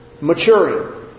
maturing